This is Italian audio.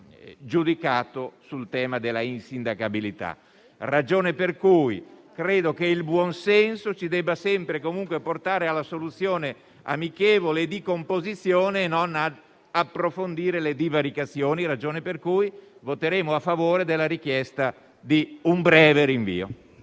giudicato sul tema della insindacabilità. Credo che il buonsenso ci debba sempre e comunque portare alla soluzione amichevole e di composizione e non ad approfondire le divaricazioni. Per tale ragione, voteremo a favore della richiesta di un breve rinvio.